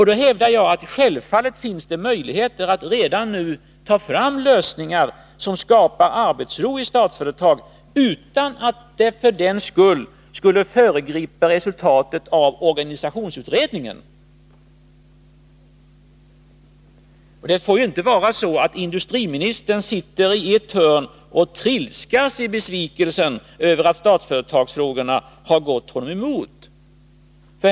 Då hävdar jag att det naturligtvis finns möjligheter att redan nu ta fram lösningar som skapar arbetsro i Statsföretag, utan att man för den skull behövde föregripa resultatet av organisationsutredningen. Det får ju inte vara så att industriministern sitter i ett hörn och trilskas i besvikelsen över att Statsföretagsfrågorna har gått honom emot.